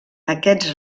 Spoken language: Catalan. aquests